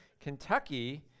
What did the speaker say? Kentucky